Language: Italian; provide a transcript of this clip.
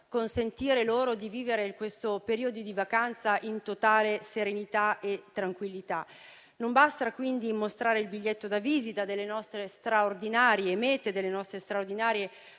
consentire loro di vivere questo periodo di vacanza in totale serenità e tranquillità. Non basta quindi mostrare il biglietto da visita delle straordinarie mete e perle paesaggistiche